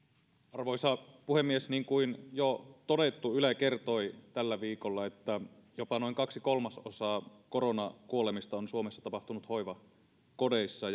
arvoisa puhemies niin kuin jo todettu yle kertoi tällä viikolla että jopa noin kaksi kolmasosaa koronakuolemista on on suomessa tapahtunut hoivakodeissa